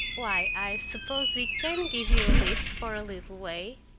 why, i suppose we can give you a lift for a little way,